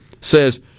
says